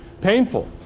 painful